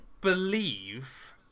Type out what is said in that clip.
believe